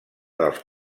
dels